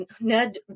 Ned